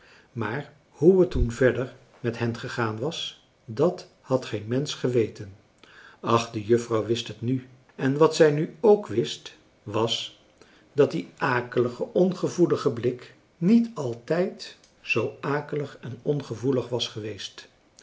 maar hoe het françois haverschmidt familie en kennissen toen verder met hen gegaan was dat had geen mensch geweten ach de juffrouw wist het nu en wat zij nu k wist was dat die akelige ongevoelige blik niet altijd zoo akelig en ongevoelig was geweest